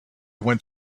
went